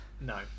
No